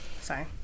Sorry